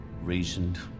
reasoned